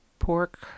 pork